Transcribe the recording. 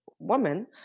woman